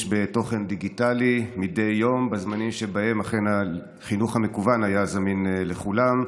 בתוכן דיגיטלי מדי יום בזמנים שבהם אכן החינוך המקוון היה זמין לכולם.